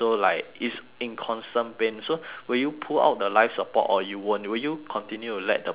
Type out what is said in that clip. in constant pain so will you pull out the life support or you won't will you continue to let the person live